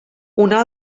una